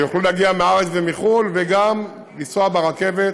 שיוכלו להגיע מהארץ ומחו"ל וגם לנסוע ברכבת